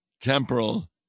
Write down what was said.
temporal